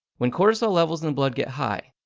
when cortisol levels in the blood get high,